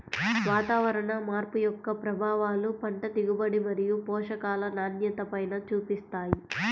వాతావరణ మార్పు యొక్క ప్రభావాలు పంట దిగుబడి మరియు పోషకాల నాణ్యతపైన చూపిస్తాయి